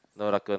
no raccoon